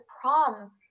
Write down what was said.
prom